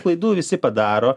klaidų visi padaro